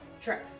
Sure